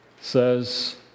says